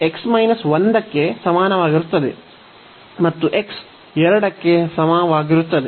x 1 ಕ್ಕೆ ಸಮನಾಗಿರುತ್ತದೆ ಮತ್ತು x 2 ಕ್ಕೆ ಸಮವಾಗಿರುತ್ತದೆ